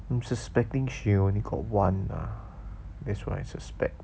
I'm suspecting she only got [one] lah that's what I suspect